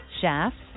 shafts